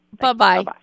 bye-bye